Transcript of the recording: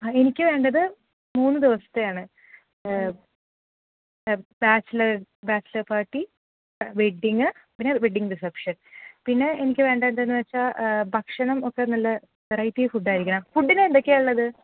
ആ എനിക്ക് വേണ്ടത് മൂന്ന് ദിവസത്തെയാണ് ബാച്ചലർ ബാച്ചലർ പാർട്ടി വെഡ്ഡിങ്ങ് പിന്നെ വെഡ്ഡിങ്ങ് റിസപ്ഷൻ പിന്നെ എനിക്ക് വേണ്ടതെന്താണെന്നുവെച്ചാൽ ഭക്ഷണം ഒക്കെ നല്ല വെറൈറ്റി ഫുഡ് ആയിരിക്കണം ഫുഡിന് എന്തൊക്കെയാണ് ഉള്ളത്